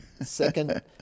Second